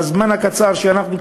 בזמן הקצר שאנחנו,